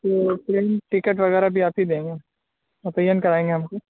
تو train ticket وغیرہ بھی آپ ہی دیں گے متعین کرائیں گے ہم سے